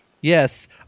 Yes